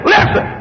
Listen